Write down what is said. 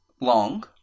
long